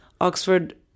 Oxford